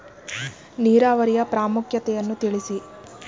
ನೀರಾವರಿಯ ಪ್ರಾಮುಖ್ಯತೆ ಯನ್ನು ತಿಳಿಸಿ?